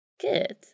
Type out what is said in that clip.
Good